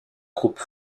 groupe